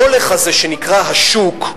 המולך הזה, שנקרא השוק,